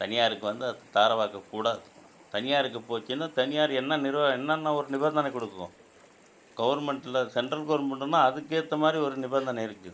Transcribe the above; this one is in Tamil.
தனியாருக்கு வந்தால் அது தாரை வார்க்கக் கூடாது தனியாருக்கு போச்சுன்னா தனியார் என்ன நிர்வா என்னென்ன ஒரு நிபந்தனை கொடுக்கும் கவுர்மெண்டில் சென்ட்ரல் கவர்மெண்ட்டுன்னா அதுக்கேற்ற மாதிரி ஒரு நிபந்தனை இருக்குது